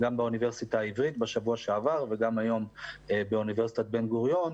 באוניברסיטה העברית בשבוע שעבר והיום באוניברסיטת בן גוריון.